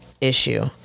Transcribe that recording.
issue